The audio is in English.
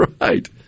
right